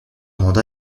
mandat